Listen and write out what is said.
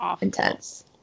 intense